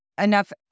enough